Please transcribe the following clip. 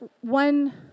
one